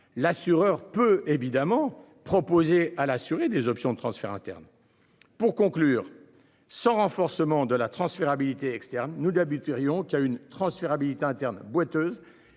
l'assureur peut évidemment proposés à l'assuré des options de transfert internes pour conclure son renforcement de la transférabilité externe ou d'abus Thirion, qui a une transférabilité interne boiteuse.